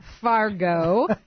Fargo